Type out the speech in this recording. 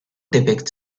depicts